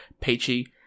Peachy